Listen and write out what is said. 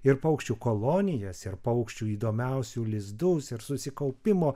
ir paukščių kolonijas ir paukščių įdomiausių lizdus ir susikaupimo